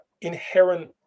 inherent